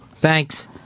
Thanks